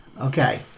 Okay